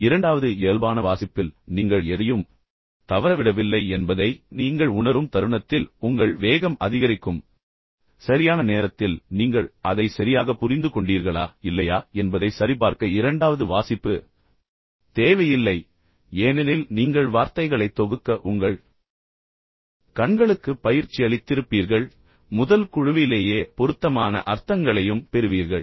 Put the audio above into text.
இரண்டாவது இயல்பான வாசிப்பில் நீங்கள் எதையும் தவறவிடவில்லை என்பதை நீங்கள் உணரும் தருணத்தில் உங்கள் வேகம் அதிகரிக்கும் மேலும் சரியான நேரத்தில் நீங்கள் அதை சரியாகப் புரிந்து கொண்டீர்களா இல்லையா என்பதைச் சரிபார்க்க இரண்டாவது வாசிப்பு தேவையில்லை ஏனெனில் நீங்கள் வார்த்தைகளை தொகுக்க உங்கள் கண்களுக்கு பயிற்சி அளித்திருப்பீர்கள் மேலும் முதல் குழுவிலேயே பொருத்தமான அர்த்தங்களையும் பெறுவீர்கள்